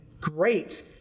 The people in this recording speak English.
great